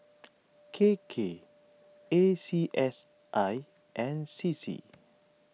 K K A C S I and C C